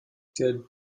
der